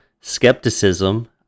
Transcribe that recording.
skepticism